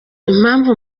impamvu